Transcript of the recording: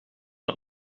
het